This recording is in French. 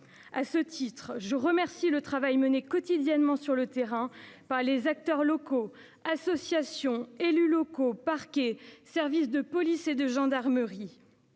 À ce titre, je souligne le travail mené quotidiennement sur le terrain par les acteurs locaux, associations, élus locaux, parquets, services de police et de gendarmerie.